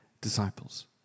disciples